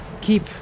keep